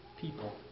people